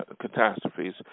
catastrophes